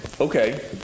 Okay